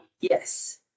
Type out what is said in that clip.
yes